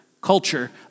culture